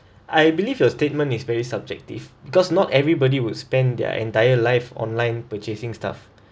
I believe your statement is very subjective because not everybody would spend their entire life online purchasing stuff